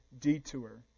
detour